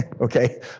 Okay